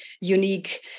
unique